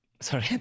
Sorry